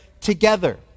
together